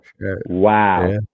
Wow